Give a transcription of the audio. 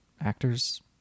actors